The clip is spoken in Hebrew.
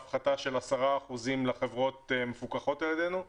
הפחתה של 10% לחברות המפוקחות על ידינו,